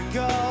go